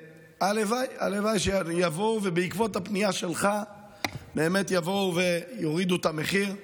הלוואי שיבואו ובעקבות הפנייה שלך באמת יבואו ויורידו את המחיר.